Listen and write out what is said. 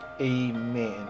Amen